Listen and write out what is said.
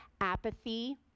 apathy